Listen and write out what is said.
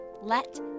Let